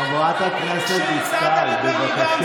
מכרת את המדינה, חברת הכנסת דיסטל, בבקשה.